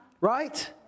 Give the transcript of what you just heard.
Right